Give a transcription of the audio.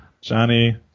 Johnny